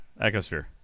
Ecosphere